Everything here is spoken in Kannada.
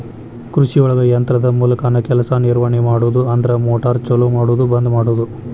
ಕೃಷಿಒಳಗ ಯಂತ್ರದ ಮೂಲಕಾನ ಕೆಲಸಾ ನಿರ್ವಹಣೆ ಮಾಡುದು ಅಂದ್ರ ಮೋಟಾರ್ ಚಲು ಮಾಡುದು ಬಂದ ಮಾಡುದು